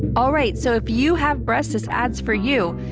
all right so if you have breasts, this ad's for you.